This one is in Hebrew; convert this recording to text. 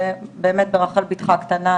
ובאמת ברחל בתך הקטנה,